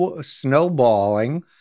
snowballing